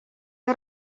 que